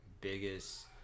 biggest